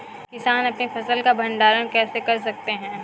किसान अपनी फसल का भंडारण कैसे कर सकते हैं?